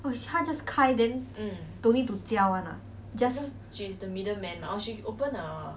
!wah! 她 just 开 then don't need to 教 [one] ah